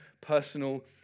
personal